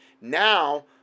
Now